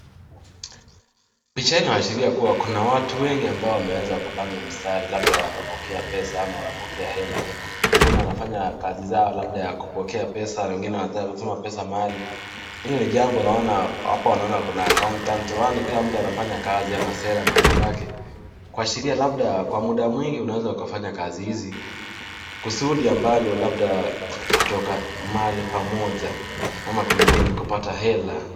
Picha hili linaashiria kuwa kuna watu wengi ambao wameweza wakapanga mstari, labda wanapokea pesa ama wanapokea hela .Wengine wafanya kazi zao labda ya kupokea pesa na wengine wanataka kutuma pesa mahali. Hili ni jambo naona hapa naona kuna cs[accountant 1]cs kila mtu anafanya kazi ama sera mahali pake ,kuashiria labda kwa muda mwingi unaweza ukafanya kazi hizi, kusudi ambalo labda kutoka mahali pamoja ama kwingine kupata hela.